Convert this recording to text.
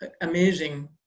amazing